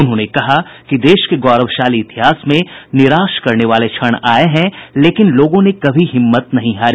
उन्होंने कहा कि देश के गौरवशाली इतिहास में निराश करने वाले क्षण आए हैं लेकिन लोगों ने कभी हिम्मत नहीं हारी